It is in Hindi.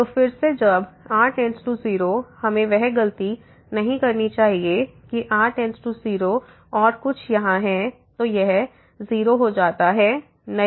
तो फिर से जब r→0 हमें वह गलती नहीं करनी चाहिए कि r→0 और कुछ यहाँ है तो यह 0 हो जाता है नहीं